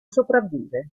sopravvive